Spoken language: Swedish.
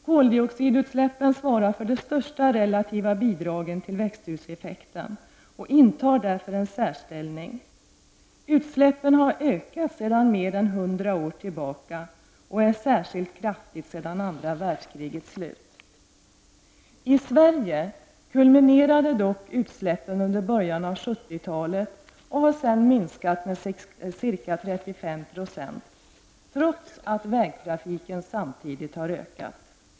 Koldioxidutsläppen svarar för det största relativa bidraget till växthuseffekten och intar därför en särställning. Utsläppen har ökat sedan mer än 100 år tillbaka och ökningen är särskilt kraftig efter andra världskrigets slut. I Sverige kulminerade dock koldioxidutsläppen under början av 1970-talet och de har sedan minskat med ca 35 %, trots att vägtrafiken samtidigt har ökat.